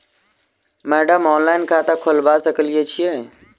Madam online खाता खोलबा सकलिये छीयै?